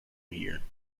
here